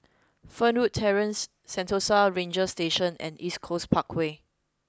Fernwood Terrace Sentosa Ranger Station and East Coast Parkway